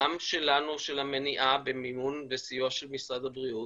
גם שלנו של המניעה, במימון וסיוע של משרד הבריאות,